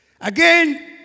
Again